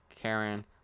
Karen